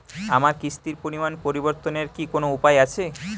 আমার কিস্তির পরিমাণ পরিবর্তনের কি কোনো উপায় আছে?